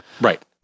right